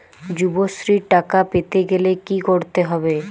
যুবশ্রীর টাকা পেতে গেলে কি করতে হবে?